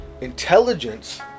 Intelligence